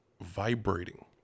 vibrating